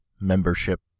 membership